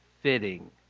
fitting